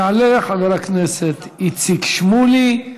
יעלה חבר הכנסת איציק שמולי,